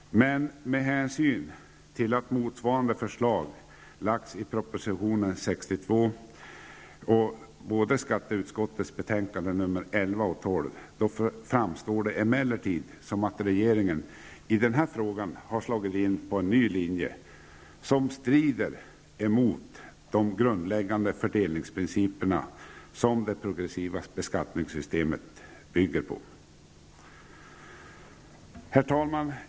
Men med hänsyn till att motsvarande förslag har lagts fram i proposition nr 62 och skatteutskottets betänkanden nr 11 och 12, framstår det emellertid som om regeringen i denna fråga har slagit in på en ny linje som strider mot de grundläggande fördelningsprinciperna som det progressiva beskattningssystemet bygger på. Herr talman!